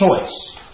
choice